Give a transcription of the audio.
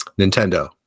nintendo